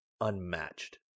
unmatched